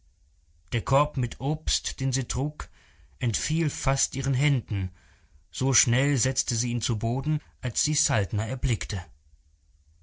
der korb mit obst den sie trug entfiel fast ihren händen so schnell setzte sie ihn zu boden als sie saltner erblickte